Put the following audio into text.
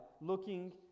looking